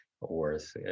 worth